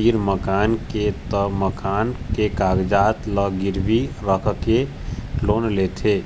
तीर मकान के त मकान के कागजात ल गिरवी राखके लोन लेथे